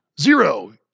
Zero